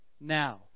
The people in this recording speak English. Now